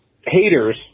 haters